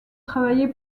travaillé